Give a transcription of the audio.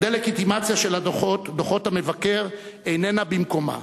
דה-לגיטימציה של דוחות המבקר איננה במקומה.